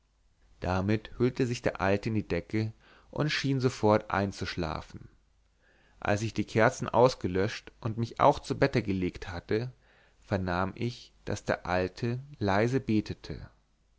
damit hüllte sich der alte in die decke und schien sofort einzuschlafen als ich die kerzen ausgelöscht und mich auch ins bette gelegt hatte vernahm ich daß der alte leise betete